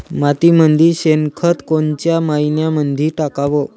मातीमंदी शेणखत कोनच्या मइन्यामंधी टाकाव?